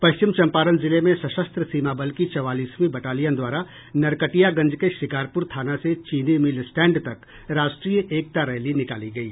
पश्चिम चम्पारण जिले में सशस्त्र सीमा बल की चौवालीसवीं बटालियन द्वारा नरकटियागंज के शिकारपुर थाना से चीनी मिल स्टैंड तक राष्ट्रीय एकता रैली निकाली गयी